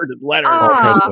letter